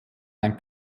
ein